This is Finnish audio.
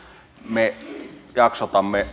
me jaksotamme